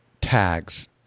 tags